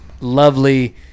lovely